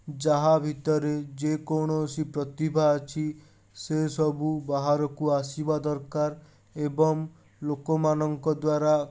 ଯାହା ଭିତରେ ଯେକୌଣସି ପ୍ରତିଭା ଅଛି ସେସବୁ ବାହାରକୁ ଆସିବା ଦରକାର ଏବଂ ଲୋକମାନଙ୍କ ଦ୍ଵାରା